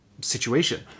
situation